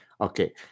Okay